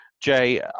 jay